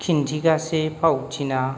खिन्थिगासे फावथिना